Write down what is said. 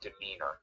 demeanor